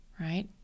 Right